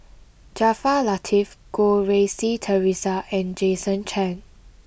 Jaafar Latiff Goh Rui Si Theresa and Jason Chan